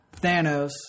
Thanos